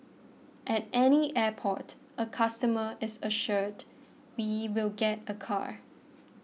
at any airport a customer is assured he will get a car